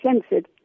censored